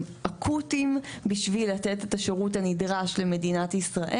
אקוטיים בשביל לתת את השירות הנדרש למדינת ישראל.